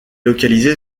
localisé